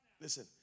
Listen